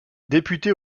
député